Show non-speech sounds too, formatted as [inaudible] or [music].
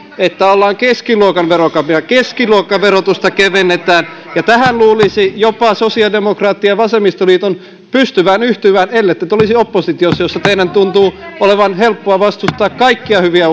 että on keskiluokan verokapina keskiluokan verotusta kevennetään ja tähän luulisi jopa sosiaalidemokraattien ja vasemmistoliiton pystyvän yhtymään ellette te olisi oppositiossa jossa tiedän tuntuu olevan helppo vastustaa kaikkia hyviä [unintelligible]